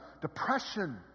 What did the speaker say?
depression